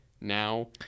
Now